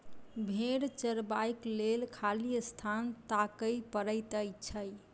भेंड़ चरयबाक लेल खाली स्थान ताकय पड़ैत छै